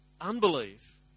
unbelief